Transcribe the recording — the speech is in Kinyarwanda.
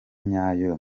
nyayo